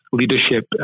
leadership